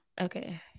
Okay